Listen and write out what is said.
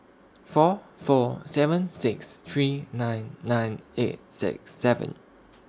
four four seven six three nine nine eight six seven